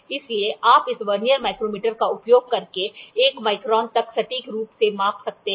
इसलिए आप इस वर्नियर माइक्रोमीटर का उपयोग करके 1 माइक्रोन तक सटीक रूप से माप सकते हैं